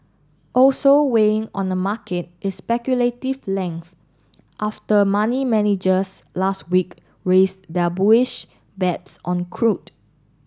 also weighing on the market is speculative length after money managers last week raised their bullish bets on crude